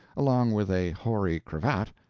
along with a hoary cravat,